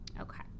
Okay